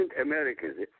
Americans